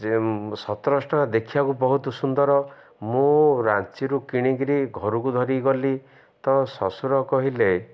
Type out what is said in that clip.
ଯେ ସତରଶହ ଟଙ୍କା ଦେଖିବାକୁ ବହୁତ ସୁନ୍ଦର ମୁଁ ରାଞ୍ଚିରୁ କିଣିକିରି ଘରକୁ ଧରିଗଲି ତ ଶ୍ୱଶୁର କହିଲେ